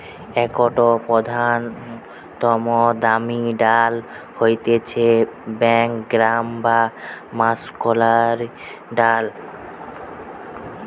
একটো প্রধানতম দামি ডাল হতিছে ব্ল্যাক গ্রাম বা মাষকলাইর ডাল